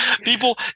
people